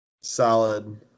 Solid